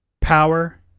power